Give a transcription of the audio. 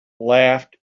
laughed